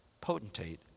potentate